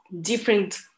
different